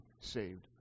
saved